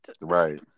Right